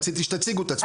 רציתי שתציגו את עצמכם.